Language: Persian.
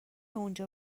اونجا